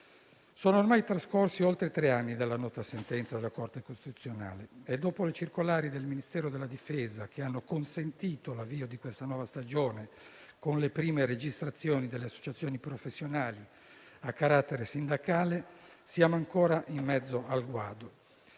Sono ormai trascorsi oltre tre anni dalla nota sentenza della Corte costituzionale e, dopo le circolari del Ministero della difesa che hanno consentito l'avvio della nuova stagione con le prime registrazioni delle associazioni professionali a carattere sindacale, siamo ancora in mezzo al guado: